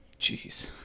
Jeez